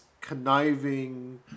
conniving